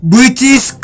British